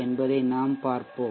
என்பதையும் நாம் பார்ப்போம்